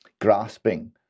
grasping